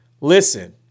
Listen